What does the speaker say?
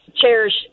cherish